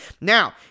Now